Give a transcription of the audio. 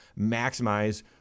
maximize